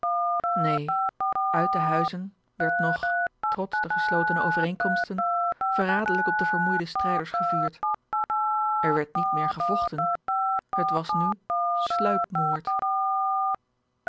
neen uit de huizen werd nog trots de geslotene overeenkomsten verraderlijk op de vermoeide strijders gevuurd er werd niet meer gevochten het was nu